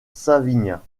savinien